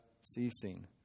ceasing